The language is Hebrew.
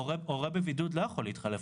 הורה בבידוד לא יכול להתחלף.